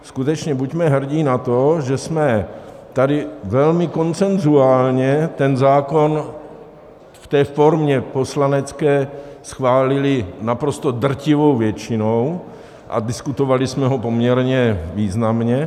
Skutečně buďme hrdi na to, že jsme tady velmi konsenzuálně zákon v té formě poslanecké schválili naprosto drtivou většinou, a diskutovali jsme ho poměrně významně.